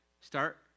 Start